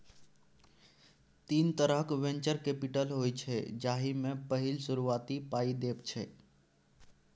तीन तरहक venture capital होइ छै जाहि मे पहिल शुरुआती पाइ देब छै